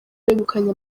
begukanye